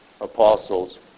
apostles